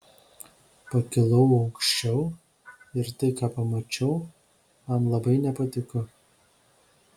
pakilau aukščiau ir tai ką pamačiau man labai nepatiko